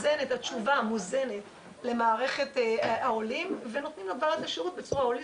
התשובה מוזנת למערכת העולים ונותנים לו כבר את השירות בצורה הוליסטית,